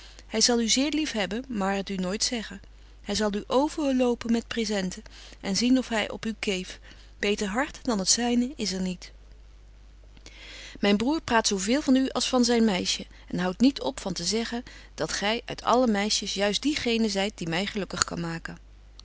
hy zal u zeer lief hebben maar het u nooit zeggen hy zal u overhopen met presenten en zien of hy op u keef beter hart dan het zyne is er niet myn broêr praat zo veel van u als van zyn meisje en houdt niet op van te zeggen dat gy uit alle meisjes juist die geene zyt die my gelukkig kan maken